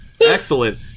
Excellent